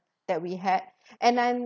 that we had and um